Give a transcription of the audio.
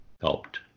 helped